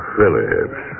Phillips